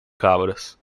cabras